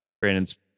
Brandon's